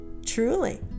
Truly